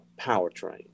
powertrain